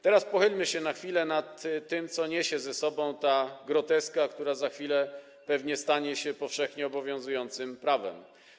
Teraz pochylmy się na chwilę nad tym, co niesie ze sobą ta groteska, która za chwilę pewnie stanie się powszechnie obowiązującym prawem.